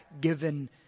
given